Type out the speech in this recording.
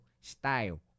style